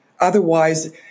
Otherwise